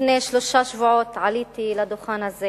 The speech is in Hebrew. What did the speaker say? לפני שלושה שבועות עליתי לדוכן הזה